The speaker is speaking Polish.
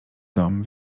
dom